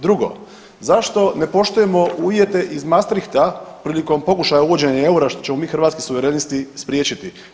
Drugo, zašto ne poštujemo uvjete iz Maastrichta prilikom pokušaja uvođenja EUR-a, što ćemo mi Hrvatski suverenisti spriječiti?